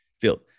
field